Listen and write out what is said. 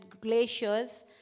glaciers